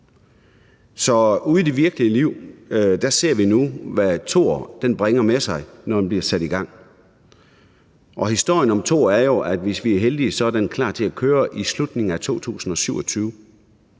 Så ude i det virkelige liv ser vi nu, hvad Thor bringer med sig, når den bliver sat i gang. Historien om Thor er jo den, at hvis vi er heldige, er den klar til at køre i slutningen af 2027.